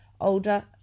older